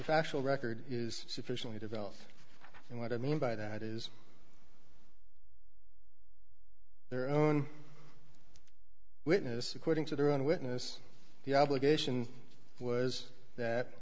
factual record is sufficiently developed and what i mean by that is their own witness according to their own witness the obligation was that